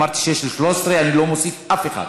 אמרתי שיש לי 13, אני לא מוסיף אף אחד.